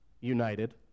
united